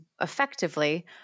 effectively